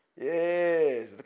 Yes